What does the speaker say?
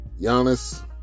Giannis